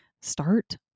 start